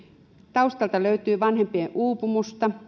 taustalta löytyy vanhempien uupumusta